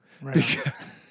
Right